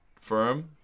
firm